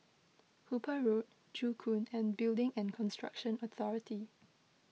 Hooper Road Joo Koon and Building and Construction Authority